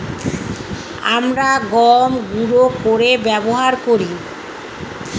আমরা গম গুঁড়ো করে ব্যবহার করি